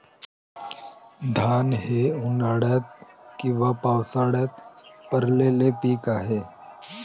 धान हे उन्हाळ्यात किंवा पावसाळ्यात पेरलेले पीक आहे